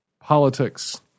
politics